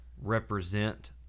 represent